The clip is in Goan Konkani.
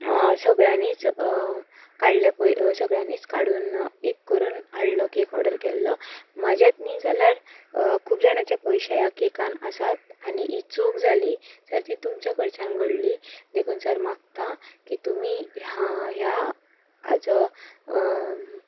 सगल्यांनीच काडले पय सगळ्यांनीच काडून एक करून हाडले केक ऑर्डर केल्लो म्हजेच न्ही जाल्यार खूब जाणाचे पयशे ह्या केकान आसात आनी चूक जाली तर ती तुमच्या कडच्यान घडली देखून सर मागता की तुमी ह्या हाजो